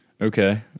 Okay